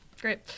Great